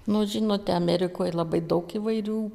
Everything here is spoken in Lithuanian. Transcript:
nu žinote amerikoj labai daug įvairių